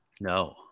No